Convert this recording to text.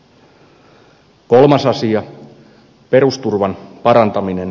kolmas asia perusturvan parantaminen